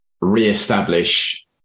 re-establish